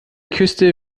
küste